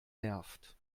nervt